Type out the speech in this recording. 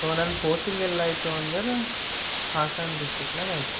so ನನ್ನ posting ಎಲ್ಲಾಯ್ತು ಅಂದರೆ ಹಾಸನ ಡಿಸ್ಟಿಕ್ನಾಗೆ ಆಯ್ತು